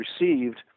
received